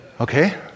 Okay